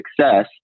success